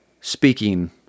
speaking